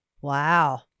Wow